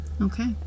Okay